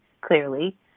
clearly